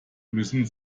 müssen